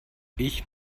ich